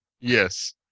Yes